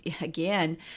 again